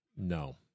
no